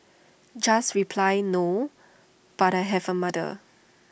just reply no but I have A mother